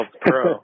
pro